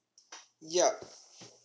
yup